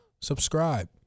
subscribe